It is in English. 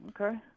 okay